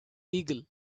beagle